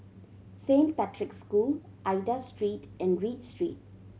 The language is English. Saint Patrick's School Aida Street and Read Street